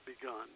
begun